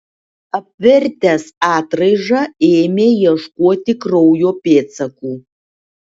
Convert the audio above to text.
apvertęs atraižą ėmė ieškoti kraujo pėdsakų